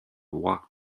walked